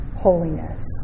holiness